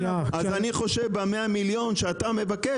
ב-100 מיליון שאתה מבקש,